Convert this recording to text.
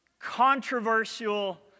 controversial